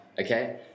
okay